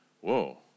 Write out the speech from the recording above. Whoa